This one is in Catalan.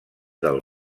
del